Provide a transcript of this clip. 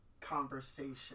conversation